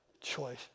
choice